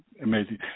amazing